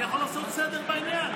אני יכול לעשות סדר בעניין.